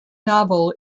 novel